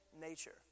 nature